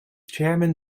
chairman